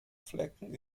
flecken